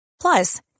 Plus